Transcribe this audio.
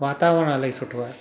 वातावरण अलाई सुठो आहे